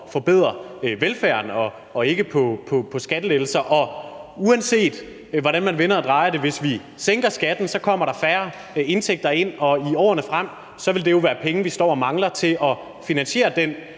forbedre velfærden og ikke på skattelettelser. Uanset hvordan man vender og drejer det, kommer der færre indtægter ind, hvis vi sænker skatten, og i årene frem vil det jo være penge, vi står og mangler til at finansiere den